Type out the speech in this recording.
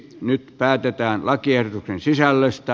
nyt päätetään lakiehdotuksen sisällöstä